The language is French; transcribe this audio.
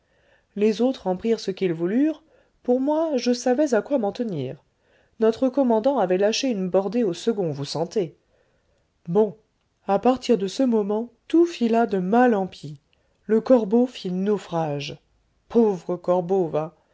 les autres en prirent ce qu'ils voulurent pour moi je savais à quoi m'en tenir notre commandant avait lâché une bordée au second vous sentez bon a partir de ce moment tout fila de mal en pis le corbeau fit naufrage pauvre corbeau va